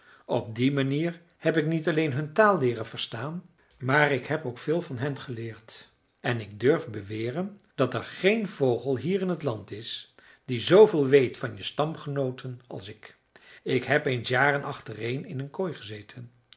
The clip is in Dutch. op die manier heb ik niet alleen hun taal leeren verstaan maar ik heb ook veel van hen geleerd en ik durf beweren dat er geen vogel hier in t land is die zooveel weet van je stamgenooten als ik ik heb eens jaren achtereen in een kooi gezeten